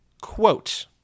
quote